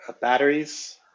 Batteries